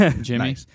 Jimmy